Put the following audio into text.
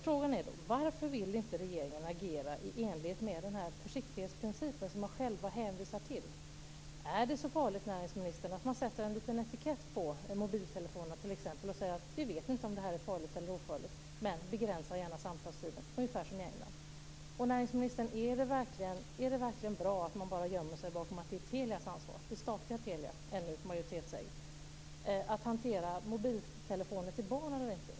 Frågan är då: Varför vill inte regeringen agera i enlighet med försiktighetsprincipen, som man själv hänvisar till? Är det så farligt, näringsministern, om man t.ex. sätter en liten etikett på mobiltelefonerna, ungefär som i England, där man säger att man inte vet om det är farligt eller ofarligt, men att man gärna ska begränsa samtalstiden? Är det verkligen bra att bara gömma sig bakom att det är statliga Telias, ännu majoritetsägt, ansvar att hantera frågan om mobiltelefoner till barn eller inte?